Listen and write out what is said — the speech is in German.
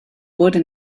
wurde